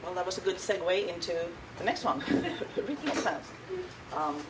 well that was a good segue into the next song